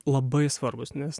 labai svarbūs nes